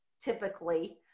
typically